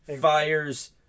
fires